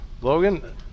Logan